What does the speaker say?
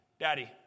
daddy